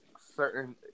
certain